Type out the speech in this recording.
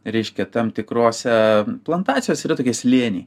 reiškia tam tikrose plantacijos yra tokie slėniai